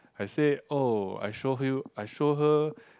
I say oh I show you I show her